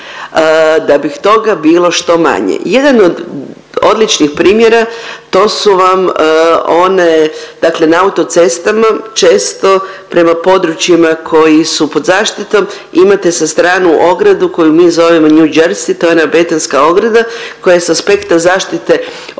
da bi toga bilo što manje. Jedan od odličnih primjera to su vam one dakle na autocestama često prema područjima koji su pod zaštitom imate sa strane ogradu koju mi zovemo New Jersey to je ona betonska ograda koja je s aspekta zaštite